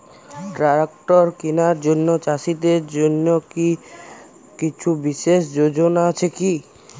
Tractor কেনার জন্য চাষীদের জন্য কী কিছু বিশেষ যোজনা আছে কি?